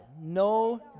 No